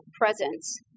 presence